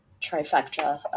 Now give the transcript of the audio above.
trifecta